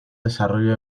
desarrollo